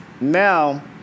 Now